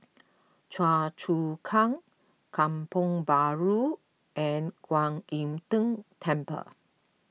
Choa Chu Kang Kampong Bahru and Kwan Im Tng Temple